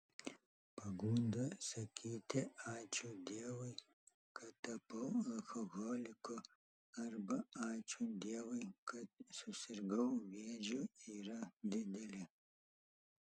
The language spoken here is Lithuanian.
pagunda sakyti ačiū dievui kad tapau alkoholiku arba ačiū dievui kad susirgau vėžiu yra didelė